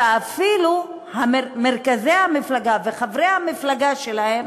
אנשים שאפילו מרכזי המפלגה וחברי המפלגה שלהם